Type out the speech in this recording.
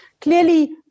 clearly